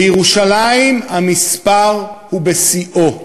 בירושלים המספר הוא בשיאו: